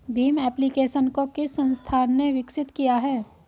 Bhim application को किस संस्था ने विकसित किया है?